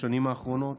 בשנים האחרונות